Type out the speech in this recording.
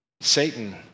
Satan